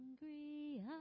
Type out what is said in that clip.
Hungry